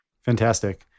Fantastic